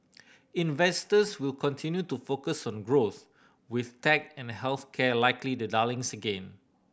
investors will continue to focus on growth with tech and health care likely the darlings again